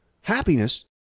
Happiness